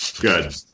Good